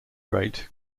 rate